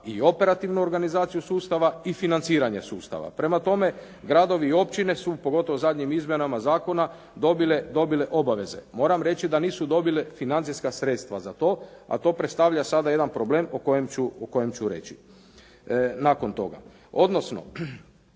i operativnu organizaciju sustava, i financiranje sustava. Prema tome, gradovi i općine su, pogotovo zadnjim izmjenama zakona dobile obaveze. Moram reći da nisu dobile financijska sredstva za to, a to predstavlja sada jedan problem o kojem ću reći nakon toga,